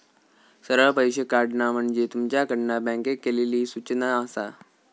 सरळ पैशे काढणा म्हणजे तुमच्याकडना बँकेक केलली सूचना आसा